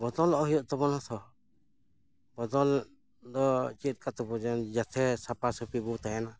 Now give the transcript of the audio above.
ᱵᱚᱫᱚᱞᱚᱜ ᱦᱩᱭᱩᱜ ᱛᱟᱵᱚᱱᱟ ᱛᱷᱚ ᱵᱚᱫᱚᱞ ᱫᱚ ᱪᱮᱫ ᱞᱮᱠᱟ ᱛᱮᱵᱚ ᱡᱟᱛᱷᱮ ᱥᱟᱯᱟᱥᱟᱹᱯᱤ ᱵᱚ ᱛᱟᱦᱮᱱᱟ